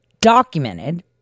documented